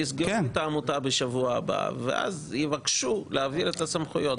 יסגרו את העמותה בשבוע הבא ואז יבקשו להעביר את הסמכויות.